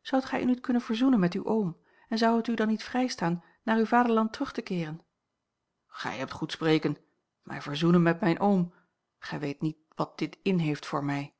zoudt gij u niet kunnen verzoenen met uw oom en zou het u dan niet vrijstaan naar uw vaderland terug te keeren gij hebt goed spreken mij verzoenen met mijn oom gij weet niet wat dit inheeft voor mij